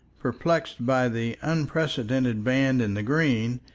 perplexed by the unprecedented band in the green,